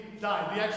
died